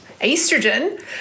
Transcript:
estrogen